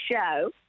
show